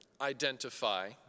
identify